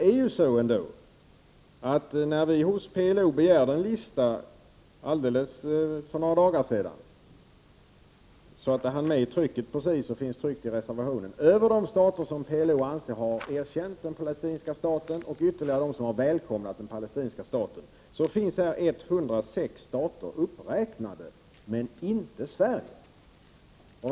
Vi begärde hos PLO en lista alldeles för några dagar sedan — uppgifterna hann komma med i trycket och finns i reservationen — över de stater som PLO anser har erkänt den palestinska staten och ytterligare de som har välkomnat den palestinska staten. Där finns 106 stater uppräknade men inte Sverige.